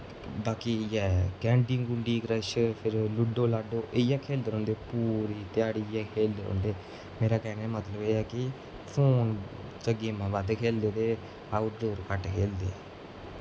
बाकी इ'यै कैंडी कूंडी क्रश फिर लूडो लाडो इ'यै खेलदे रौंह्दे पूरी ध्याड़ी इ'यै खेलदे रौंह्दे मेरा कैह्ने दा मतलब एह् ऐ कि फोन च गेमां बद्ध खेलदे ते आउट डोर घट्ट खेलदे